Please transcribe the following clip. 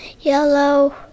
yellow